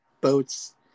boats